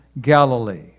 Galilee